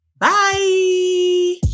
Bye